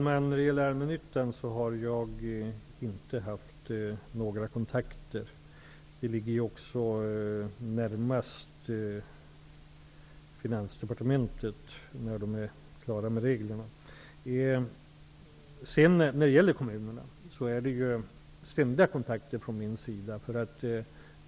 Herr talman! Med Allmännyttan har jag inte haft några kontakter. När man är klar med reglerna är det en fråga som närmast hör under Med kommunerna har jag ständigt kontakter.